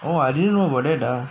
oh I didn't know about it